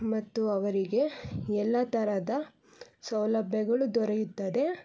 ಮತ್ತು ಅವರಿಗೆ ಎಲ್ಲ ಥರದ ಸೌಲಭ್ಯಗಳು ದೊರೆಯುತ್ತದೆ